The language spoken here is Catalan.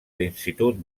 l’institut